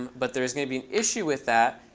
but there is going to be an issue with that,